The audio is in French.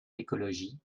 l’écologie